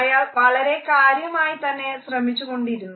അയാൾ വളരെ കാര്യമായിത്തന്നെ ശ്രമിച്ചുകൊണ്ടിരിക്കുന്നു